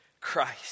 Christ